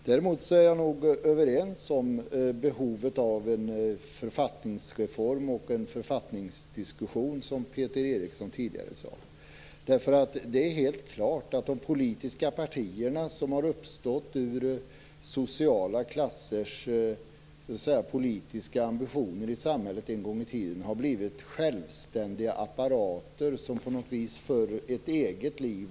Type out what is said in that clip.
Däremot är vi nog överens om behovet av en författningsreform och en författningsdiskussion, som Peter Eriksson tidigare tog upp. Det är helt klart att de politiska partierna, som en gång i tiden uppstod ur sociala klassers politiska ambitioner i samhället, nu har blivit självständiga apparater. På något vis lever de ett eget liv.